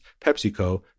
PepsiCo